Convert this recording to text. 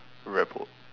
rebelled